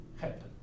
happen